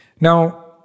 Now